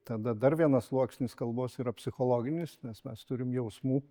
tada dar vienas sluoksnis kalbos yra psichologinis nes mes turim jausmų